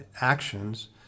actions